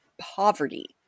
poverty